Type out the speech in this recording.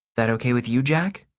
that okay with you, jack?